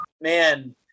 Man